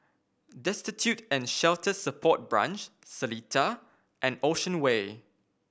Destitute and Shelter Support Branch Seletar and Ocean Way